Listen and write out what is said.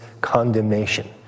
condemnation